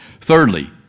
Thirdly